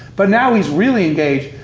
but now he's really engaged,